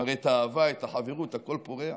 מראה את האהבה, את החברות, הכול פורח,